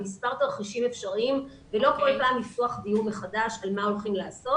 מספר תרחישים אפשריים ולא כל פעם לפתוח דיון מחדש על מה הולכים לעשות.